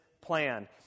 plan